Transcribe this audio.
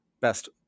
best